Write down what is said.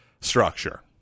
structure